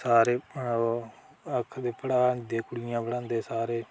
सारे आखदे पढ़ांदे कुड़ियां पढ़ांदे सारे